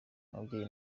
ababyeyi